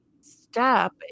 step